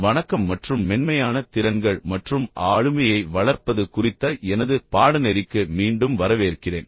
வணக்கம் மற்றும் மென்மையான திறன்கள் மற்றும் ஆளுமையை வளர்ப்பது குறித்த எனது பாடநெறிக்கு மீண்டும் வரவேற்கிறேன்